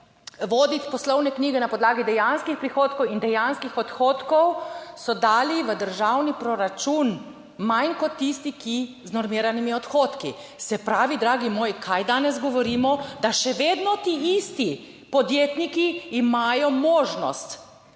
voditi poslovne knjige na podlagi dejanskih prihodkov in dejanskih odhodkov, so dali v državni proračun manj kot tisti, ki z normiranimi odhodki. Se pravi, dragi moji, kaj danes govorimo? Da še vedno ti isti podjetniki imajo možnost,